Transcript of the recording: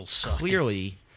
clearly